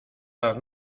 las